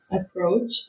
approach